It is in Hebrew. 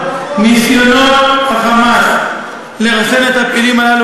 ריקים ניסיונות ה"חמאס" לרסן את הפעילים הללו